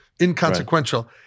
inconsequential